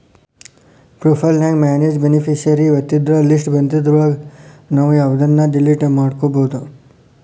profile ನ್ಯಾಗ manage beneficiary ಒತ್ತಿದ್ರ list ಬನ್ದಿದ್ರೊಳಗ ನಾವು ಯವ್ದನ್ನ ಡಿಲಿಟ್ ಮಾಡ್ಬೆಕೋ ಮಾಡ್ಬೊದು